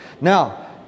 Now